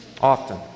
often